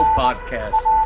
podcast